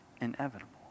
inevitable